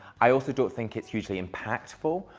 i also don't think it's hugely impactful.